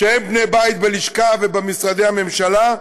שהם בני בית בלשכה ובמשרדי הממשלה,